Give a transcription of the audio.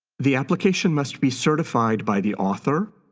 the application must be certified by the author,